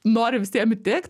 nori visiem įtikt